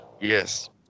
yes